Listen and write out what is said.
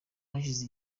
hashize